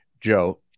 Joe